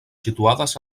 situades